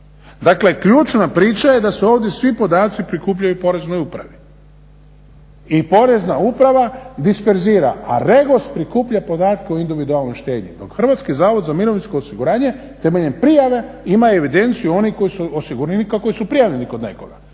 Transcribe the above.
Dakle, ključna priča je da se ovdje svi podaci prikupljaju u Poreznoj upravi i Porezna uprava disperzira, a REGOS prikuplja podatke o individualnoj štednji. Dok Hrvatski zavod za mirovinsko osiguranje temeljem prijave ima evidenciju onih osiguranika koji su prijavljeni kod nekoga.